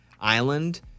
island